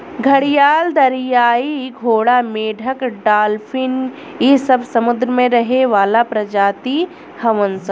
घड़ियाल, दरियाई घोड़ा, मेंढक डालफिन इ सब समुंद्र में रहे वाला प्रजाति हवन सन